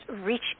reach